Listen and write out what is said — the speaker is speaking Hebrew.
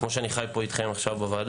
כמו שאני חי אתכם פה בוועדה.